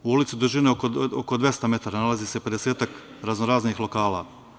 U ulici dužine oko 200 metara nalazi se pedesetak raznoraznih lokala.